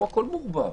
פה הכול מעורבב.